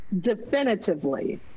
definitively